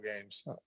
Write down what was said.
games